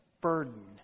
burden